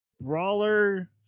brawler